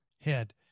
head